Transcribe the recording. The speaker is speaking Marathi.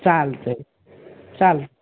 चालतं आहे चाल